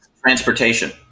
Transportation